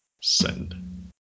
Send